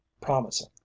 promising